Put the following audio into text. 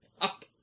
Up